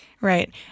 Right